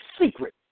secret